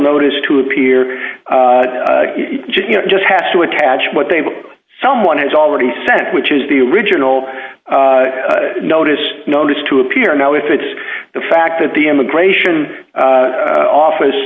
notice to appear just you know just has to attach what they what someone has already sent which is the original notice notice to appear now if it's the fact that the immigration office